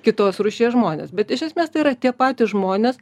kitos rūšies žmonės bet iš esmės tai yra tie patys žmonės